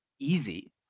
easy